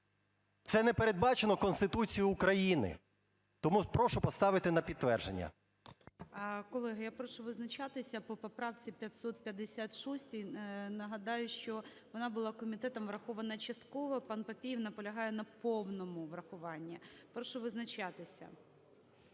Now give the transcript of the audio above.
Це не передбачено Конституцією України. Тому прошу поставити на підтвердження. ГОЛОВУЮЧИЙ. Колеги, я прошу визначатися по поправці 556. Нагадаю, що вона була комітетом врахована частково. ПанПапієв наполягає на повному врахуванні. Прошу визначатися.